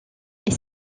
est